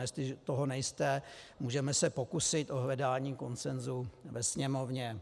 Jestliže toho nejste, můžeme se pokusit o hledání konsenzu ve Sněmovně.